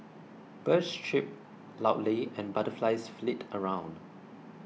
birds chirp loudly and butterflies flit around